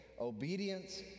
obedience